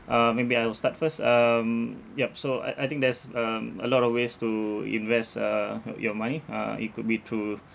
uh maybe I'll start first um yup so I I think there's um a lot of ways to invest uh your money uh it could be through